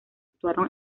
actuaron